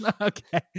Okay